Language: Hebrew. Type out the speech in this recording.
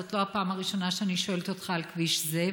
זאת לא הפעם הראשונה שאני שואלת אותך על כביש זה,